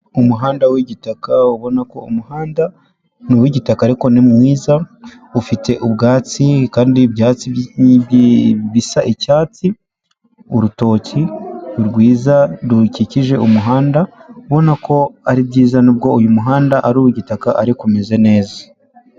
Umuhanda w'igitaka ubona ko umuhanda ni uw'igitaka ariko ni mwiza, ufite ubwatsi kandi ibyatsi bisa icyatsi, urutoki rwiza rukikije umuhanda, ubona ko ari byiza nubwo uyu muhanda ari uw'igitaka ariko umeze neza.